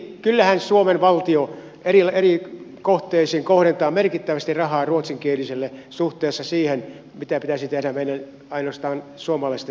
eli kyllähän suomen valtio eri kohteisiin kohdentaa merkittävästi rahaa ruotsinkielisille suhteessa siihen mitä pitäisi tehdä meidän ainoastaan suomalaisten hyväksi